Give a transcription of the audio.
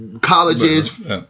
colleges